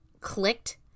clicked